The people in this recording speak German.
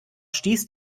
stieß